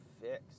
fixed